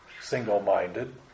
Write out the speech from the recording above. single-minded